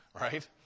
right